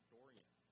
Dorian